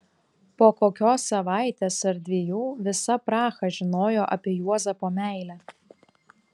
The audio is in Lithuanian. po kokios savaitės ar dviejų visa praha žinojo apie juozapo meilę